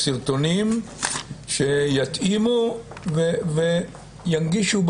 סרטונים שיתאימו וינגישו,